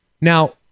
Now